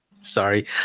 Sorry